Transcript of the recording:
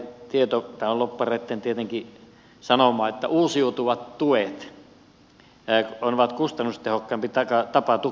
tämä on tietenkin lobbareitten sanomaa että uusiutuvat tuet ovat kustannustehokkaampi tapa tukea kuin päästökauppa